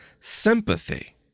sympathy